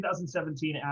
2017